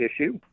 issue